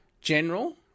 General